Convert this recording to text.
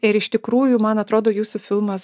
ir iš tikrųjų man atrodo jūsų filmas